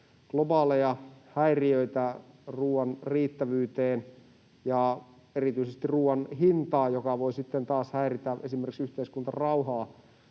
globaaleja häiriöitä ruoan riittävyyteen ja erityisesti ruoan hintaan, mikä voi sitten taas häiritä esimerkiksi yhteiskuntarauhaa